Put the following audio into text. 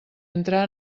entrar